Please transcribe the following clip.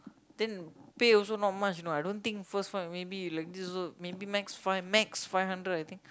then pay also not much you know I don't think first fight maybe like this also maybe max five max five hundred I think